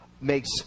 makes